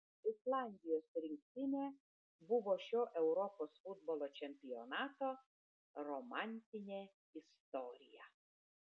islandijos rinktinė buvo šio europos futbolo čempionato romantinė istorija